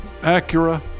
Acura